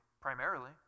primarily